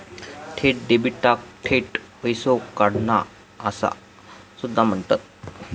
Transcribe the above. थेट डेबिटाक थेट पैसो काढणा असा सुद्धा म्हणतत